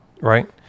right